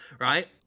right